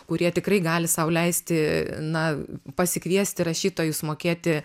kurie tikrai gali sau leisti na pasikviesti rašytojus mokėti